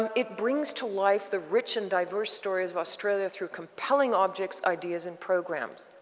um it brings to life the rich and diverse stories of australia through compelling objects, ideas and programs.